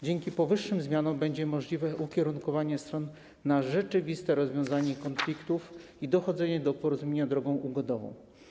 Dzięki powyższym zmianom będzie możliwe ukierunkowanie stron na rzeczywiste rozwiązanie konfliktów i dochodzenie do porozumienia drogą ugodową.